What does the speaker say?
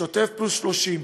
"שוטף פלוס 30",